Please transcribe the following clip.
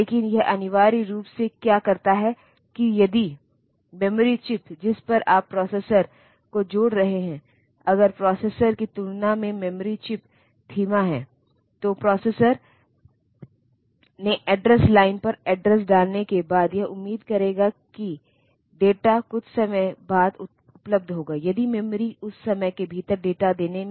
मान लीजिए कि यदि आप माइक्रोप्रोसेसर किट में देखें जो उपलब्ध हैं वे आम तौर पर 2 तरीके होते हैं जिसमें आप अपने प्रोग्राम को उस किट में लोड कर सकते हैं एक तो कुछ कंप्यूटर से कुछ अपलोड सुविधा होने के माध्यम से